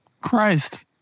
Christ